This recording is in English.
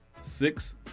six